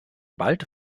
bald